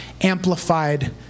Amplified